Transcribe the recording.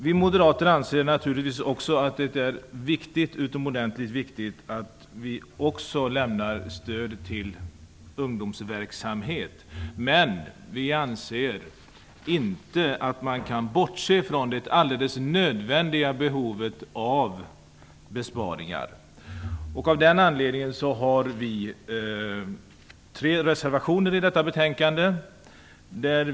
Vi moderater anser naturligtvis också att det är utomordentligt viktigt att vi lämnar stöd till ungdomsverksamhet, men vi anser inte att man kan bortse från det alldeles nödvändiga behovet av besparingar. Av den anledningen har vi tre reservationer i detta betänkande.